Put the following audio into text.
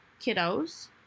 kiddos